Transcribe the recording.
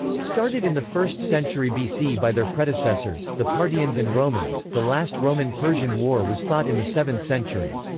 started in the first century bc by their predecessors, the parthians and romans, the last roman-persian war was fought in the seventh century.